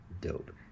dope